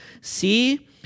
See